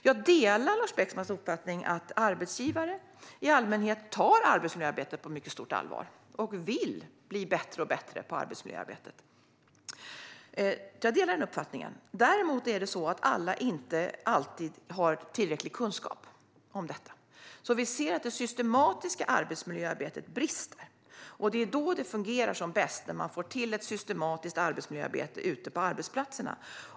Jag delar Lars Beckmans uppfattning att arbetsgivare i allmänhet tar arbetsmiljöarbetet på mycket stort allvar och vill bli bättre och bättre på arbetsmiljöarbetet. Däremot har inte alla alltid tillräcklig kunskap om detta. Det systematiska arbetsmiljöarbetet brister. Det fungerar som bäst när man får till ett systematiskt arbetsmiljöarbete ute på arbetsplatserna.